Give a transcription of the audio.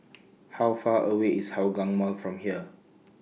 How Far away IS Hougang Mall from here